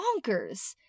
bonkers